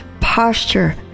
posture